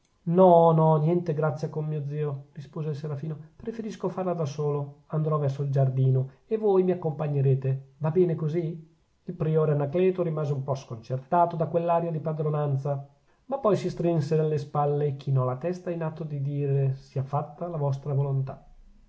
no no niente grazia con mio zio rispose il serafino preferisco farla da solo andrò verso il giardino e voi mi accompagnerete va bene così il priore anacleto rimase un po sconcertato da quell'aria di padronanza ma poi si strinse nelle spalle e chinò la testa in atto di dire sia fatta la vostra volontà